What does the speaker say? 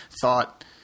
thought